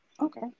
okay